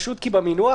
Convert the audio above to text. במסגרת